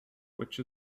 which